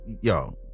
Yo